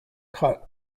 cut